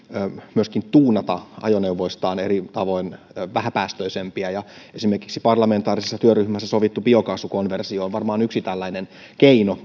myöskin tuunata ajoneuvoistaan eri tavoin vähäpäästöisempiä esimerkiksi parlamentaarisessa työryhmässä sovittu biokaasukonversio on varmaan yksi tällainen keino